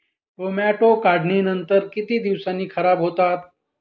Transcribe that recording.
Tomato काढणीनंतर किती दिवसांनी खराब होतात?